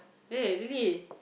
eh really